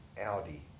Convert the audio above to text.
Audi